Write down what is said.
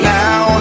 now